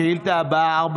השאילתה הבאה,